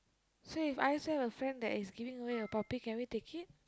so If I said If I have a friend that is giving away a puppy can we take it